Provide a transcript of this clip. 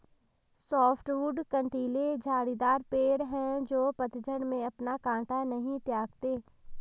softwood कँटीले झाड़ीदार पेड़ हैं जो पतझड़ में अपना काँटा नहीं त्यागते